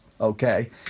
okay